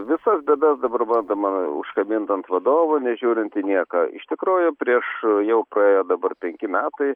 visas bėdas dabar bandoma užkabint ant vadovo nežiūrint į nieką iš tikrųjų prieš jau praėjo dabar penki metai